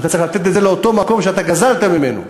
אתה צריך לתת את זה למקום שגזלת ממנו,